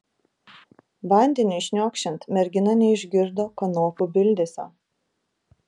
vandeniui šniokščiant mergina neišgirdo kanopų bildesio